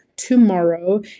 tomorrow